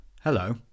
Hello